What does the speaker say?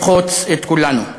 למחוץ את כולנו.